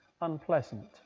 unpleasant